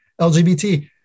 LGBT